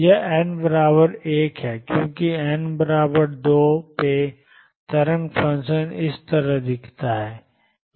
यह n 1 है क्योंकि n 2 तरंग फ़ंक्शन इस तरह दिखता है